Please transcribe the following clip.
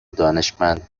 دانشمند